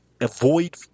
avoid